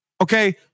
Okay